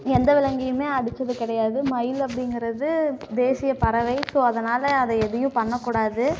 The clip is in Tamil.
எந்த விலங்கையும் அடித்தது கிடையாது மயில் அப்படிங்கிறது தேசிய பறவை ஸோ அதனால் அது எதையும் பண்ண கூடாது